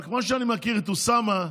אבל כמו שאני מכיר את אוסאמה,